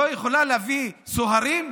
להביא סוהרים,